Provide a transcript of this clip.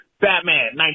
Batman